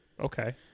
Okay